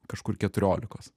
kažkur keturiolikos